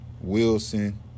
Wilson